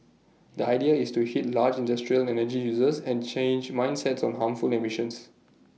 the idea is to hit large industrial energy users and change mindsets on harmful emissions